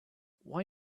why